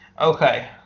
Okay